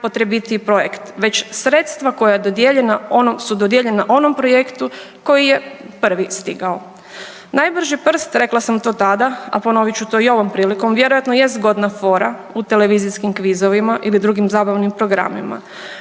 najpotrebitiji projekt već sredstva koja su dodijeljena onom projektu koji je prvi stigao. Najbrži prst rekla sam to tada, a ponovit ću to i ovom prilikom vjerojatno jest zgodna fora u televizijskim kvizovima ili drugim zabavnim programima,